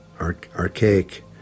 archaic